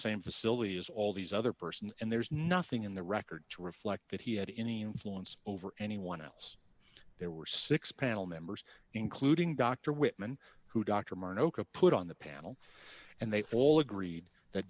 same facility as all these other person and there's nothing in the record to reflect that he had any influence over anyone else there were six panel members including dr whitman who dr murray put on the panel and they all agreed that